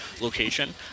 location